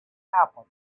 happen